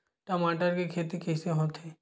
टमाटर के खेती कइसे होथे?